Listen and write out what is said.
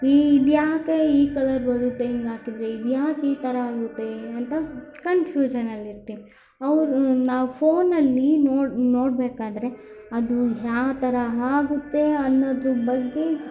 ಇದ್ಯಾಕೆ ಈ ಕಲರ್ ಬರುತ್ತೆ ಹೀಗಾಕಿದ್ರೆ ಇದ್ಯಾಕೆ ಈ ಥರ ಆಗುತ್ತೆ ಅಂತ ಕನ್ಫ್ಯೂಷನಲ್ಲಿರ್ತೀವಿ ಅವ್ರು ನಾವು ಫೋನಲ್ಲಿ ನೋಡಿ ನೋಡ್ಬೇಕಾದ್ರೆ ಅದು ಯಾವ್ತರ ಆಗುತ್ತೆ ಅನ್ನೋದರ ಬಗ್ಗೆ